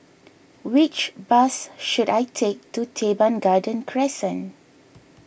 which bus should I take to Teban Garden Crescent